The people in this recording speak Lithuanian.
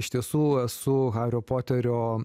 iš tiesų esu hario poterio